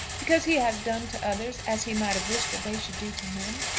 because he has done to others as he might have wished that they should do to him?